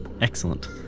excellent